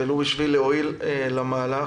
ולו בשביל להועיל למהלך.